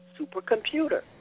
supercomputer